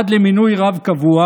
עד למינוי רב קבוע